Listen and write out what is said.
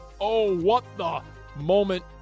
oh-what-the-moment